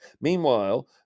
Meanwhile